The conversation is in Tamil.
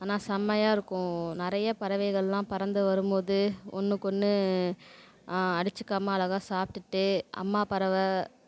ஆனால் செம்மையாக இருக்கும் நிறையா பறவைகள்லாம் பறந்து வரும் போது ஒன்றுக்கொன்னு அடித்துக்காம அழகா சாப்பிட்டுட்டு அம்மா பறவை